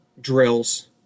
drills